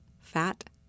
Fat